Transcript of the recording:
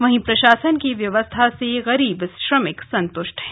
वहीं प्रशासन की व्यवस्था से गरीब श्रमिक संतुष्ट हैं